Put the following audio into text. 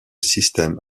system